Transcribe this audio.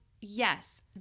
Yes